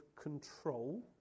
control